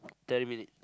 thirty minute